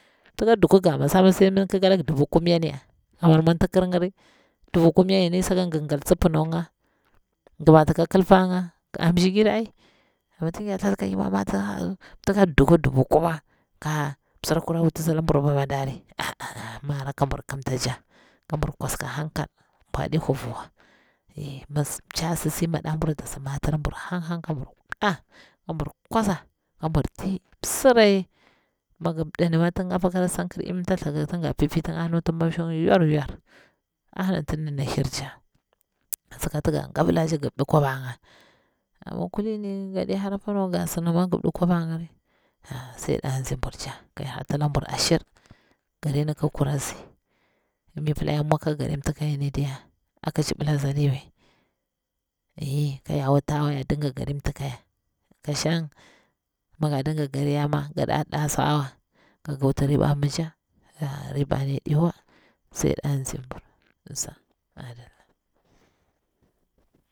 Mtika duku nga masa ma sai midin kika lagi dubu kumnyanya, ka wan mwanti kirngari, dubu kumnya gini sakon gil gal tsi pinaunga, gi mati ka kilfa nga, a mshigir ai, ama tin gya thati ka mwa mati mtika duku dubu kuma ka msira kurar wutisi lan bur abomadari a'a'a mara ka bur kimta ja, kambur kwas ka hankal. mwo de wuvuwa eh mi pci asi natu madabwu asi mata labu ru hang hang ka burp ɗa kabur kwasa, ka bur tiy msira ye, mi gip dinye tin apa kora sankir yimi tamthaku, tin ga pipi tin a nuti manshir nga yar yar, a hani anti dana hir ja. An sakati nga gabila ja girp ɗi kwaba nga amma kalini gaɗi hara panwa, ga sinda ma gip ɗi kwabanga ri ah sai ɗanzi mbur ja ka hel hartalamo ashir garin kukurazi mi pila ya mwo ka karinmtikan yini diya a kicɓilazalimai eh ka ya wutawa ya dinga garimtikaya ka shan miga dinga gariyama ga ɗaɗa swa wa kagi wutiriba mija ah ribane diwa sai danzin buru usa madalla